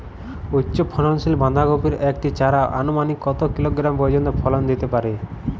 উচ্চ ফলনশীল বাঁধাকপির একটি চারা আনুমানিক কত কিলোগ্রাম পর্যন্ত ফলন দিতে পারে?